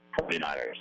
49ers